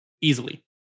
easily